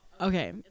okay